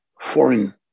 foreign